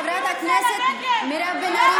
חברת הכנסת מירב בן ארי,